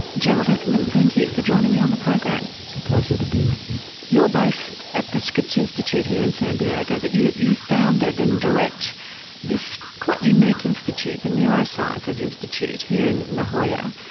gerald edelman, thank you you for joining me on the program. it's a pleasure to be with you. you're based at the scripps institute here in san diego but you you founded and direct this quite unique institute, the neurosciences institute here in la jolla.